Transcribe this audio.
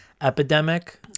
epidemic